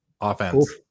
offense